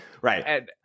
Right